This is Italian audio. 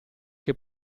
che